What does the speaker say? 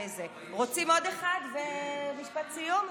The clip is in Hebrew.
רוצים עוד אחד ומשפט סיום?